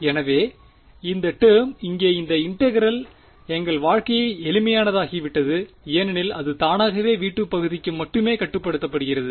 எனவே இந்த டேர்ம் இங்கே இந்த இன்டெகிரெல் எங்கள் வாழ்க்கையை எளிமையானதாகிவிட்டது ஏனெனில் அது தானாகவே V2 பகுதிக்கு மட்டுமே கட்டுப்படுத்தப்படுகிறது